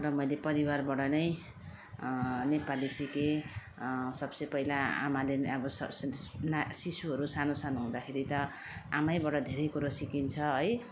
र मैले परिवारबाट नै नेपाली सिकेँ सबसे पहिला आमाले स स ना शिशुहरू सानो सानो हुँदाखेरि त आमैबाट धेरै कुरो सिकिन्छ है